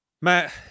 Matt